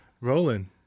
Rolling